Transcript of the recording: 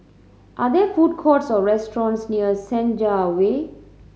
are there food courts or restaurants near Senja Way